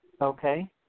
Okay